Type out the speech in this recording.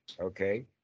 Okay